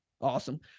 Awesome